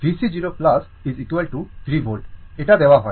VC 0 3 volt এটা দেওয়া হয়